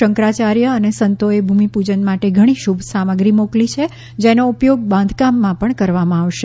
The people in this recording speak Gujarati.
શંકરાચાર્ય અને સંતોએ ભૂમિપૂજન માટે ઘણી શુભ સામગ્રી મોકલી છે જેનો ઉપયોગ બાંધકામમાં પણ કરવામાં આવશે